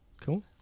Cool